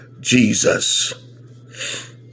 Jesus